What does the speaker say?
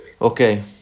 Okay